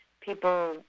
people